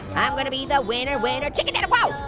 i'm gonna be the winner winner chicken dinner, whoa!